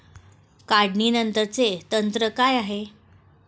काढणीनंतरचे तंत्र काय आहे?